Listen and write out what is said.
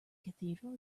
cathedral